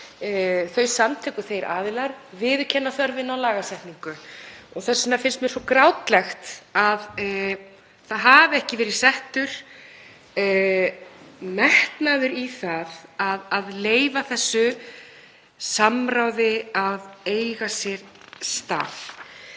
þau samtök og þeir aðilar, viðurkenna þörfina á lagasetningu. Þess vegna finnst mér svo grátlegt að það hafi ekki verið settur metnaður í að leyfa þessu samráði að eiga sér stað.